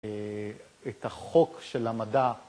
את החוק של המדע.